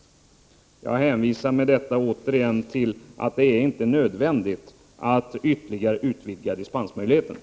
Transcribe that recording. Med detta hänvisar jag återigen till att det inte är nödvändigt att ytterligare utvidga dispensmöjligheterna.